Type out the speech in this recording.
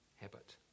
Habit